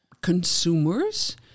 consumers